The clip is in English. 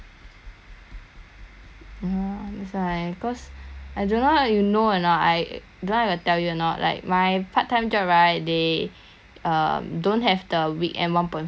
ya that's why cause I don't how you know or not I don't know I tell you or not like my part time job right they um don't have the weekend one point five uh pay already